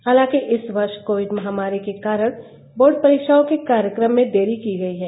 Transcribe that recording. हालांकि इस वर्ष कोविड महामारी के कारण बोर्ड परीक्षाओं के कार्यक्रम में देरी की गई है